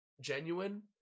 genuine